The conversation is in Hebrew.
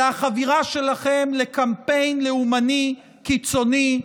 אלא החבירה שלכם לקמפיין לאומני קיצוני.